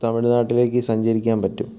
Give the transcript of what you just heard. തമിഴ്നാട്ടിലേക്ക് സഞ്ചരിക്കാൻ പറ്റും